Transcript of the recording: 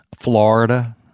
Florida